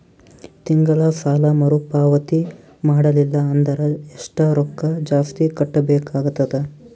ತಿಂಗಳ ಸಾಲಾ ಮರು ಪಾವತಿ ಮಾಡಲಿಲ್ಲ ಅಂದರ ಎಷ್ಟ ರೊಕ್ಕ ಜಾಸ್ತಿ ಕಟ್ಟಬೇಕಾಗತದ?